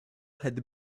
had